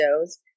shows